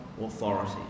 authority